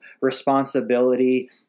responsibility